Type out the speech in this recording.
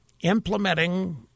implementing